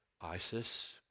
ISIS